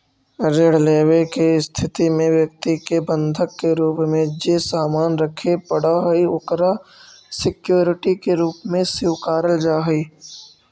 ऋण लेवे के स्थिति में व्यक्ति के बंधक के रूप में जे सामान रखे पड़ऽ हइ ओकरा सिक्योरिटी के रूप में स्वीकारल जा हइ